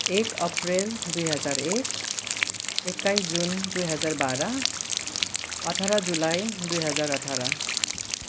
एक अप्रेल दुई हजार एक एक्काइस जुन दुई हजार बाह्र अठार जुलाई दुई हजार अठार